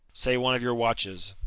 say one of your watches.